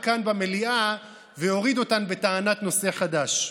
כאן במליאה והוריד אותן בטענת נושא חדש.